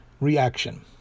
reaction